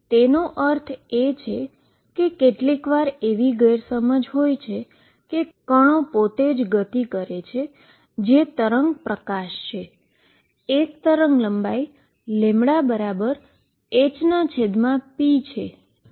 તેનો અર્થ એ છે કે કેટલીક વાર એવી ગેરસમજ હોય છે કે પાર્ટીકલ પોતે જ મોશન કરે છે જે વેવ લાઈટ છે અને વેવલેન્થ λ hp છે